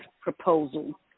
proposal